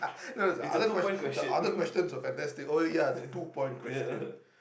no it's the other question the other questions were fantastic oh wait ya it's two point question